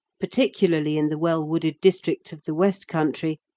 particularly in the well-wooded districts of the west country,